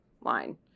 line